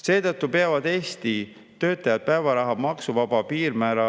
Seetõttu peavad Eesti töötajad päevaraha maksuvaba piirmäära